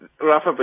Rafa